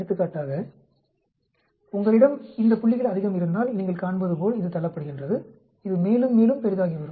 எடுத்துக்காட்டாக உங்களிடம் இந்த புள்ளிகள் அதிகம் இருந்தால் நீங்கள் காண்பதுபோல் இது தள்ளப்படுகின்றது இது மேலும் மேலும் பெரிதாகி வரும்